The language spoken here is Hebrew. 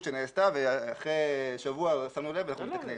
שנעשתה ואחרי שבוע שמנו לב ואנחנו מתקנים,